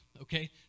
okay